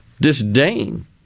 disdain